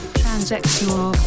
transsexual